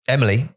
Emily